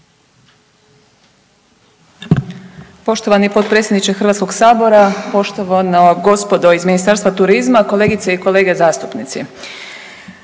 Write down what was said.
Poštovani potpredsjedniče Hrvatskog sabora, poštovana gospodo iz Ministarstva turizma, kolegice i kolege zastupnici,